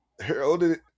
heralded